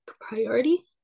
priority